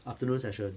afternoon session